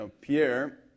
Pierre